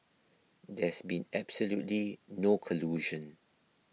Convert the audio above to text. there's been absolutely no collusion